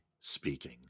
speaking